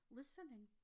listening